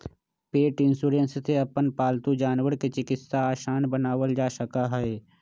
पेट insurance से अपन पालतू जानवर के चिकित्सा आसान बनावल जा सका हई